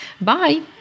Bye